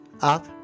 up